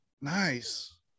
Nice